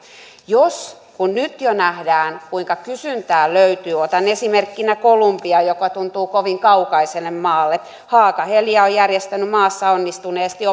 kun nyt jo nähdään kuinka kysyntää löytyy otan esimerkkinä kolumbian joka tuntuu kovin kaukaiselle maalle haaga helia on järjestänyt maassa onnistuneesti